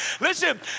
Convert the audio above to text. Listen